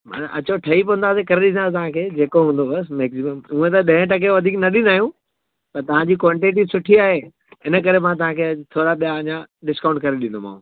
मन अचो ठही पवंदासीं करे ॾींदासीं तव्हांखे जेको बि हूंदो बसि मैग्झिमम हूंअं त ॾहें टके खां वधीक न ॾींदा आहियूं पर तव्हांजी क्वांटिटी सुठी आहे इनकरे मां तव्हांखे थोरा ॿिया अञा डिस्काउंट करे ॾींदोमांव